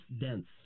dense